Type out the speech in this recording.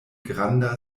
granda